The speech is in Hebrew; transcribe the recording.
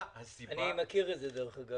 אני מכיר את זה, דרך אגב.